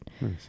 Nice